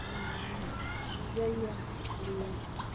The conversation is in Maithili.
हूँ जहिया लिअ